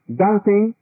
dancing